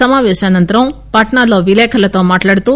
సమావేశానంతరం పాట్సాలో విలేఖరులతో మాట్లాడుతూ